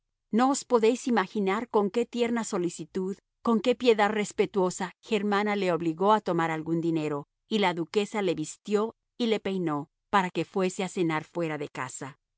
os podéis imaginar con qué tierna solicitud con qué piedad respetuosa germana le obligó a tomar algún dinero y la duquesa le vistió y le peinó para que fuese a cenar fuera de casa